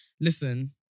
listen